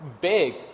big